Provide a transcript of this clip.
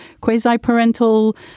quasi-parental